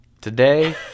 Today